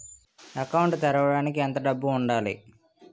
Account తెరవడానికి ఎంత డబ్బు ఉండాలి?